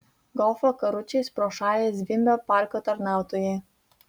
golfo karučiais pro šalį zvimbė parko tarnautojai